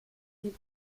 sie